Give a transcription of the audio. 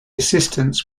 assistants